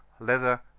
leather